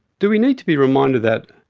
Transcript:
do we need to be reminded that,